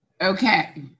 Okay